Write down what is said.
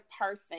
person